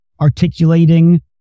articulating